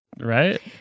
right